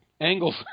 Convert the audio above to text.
angles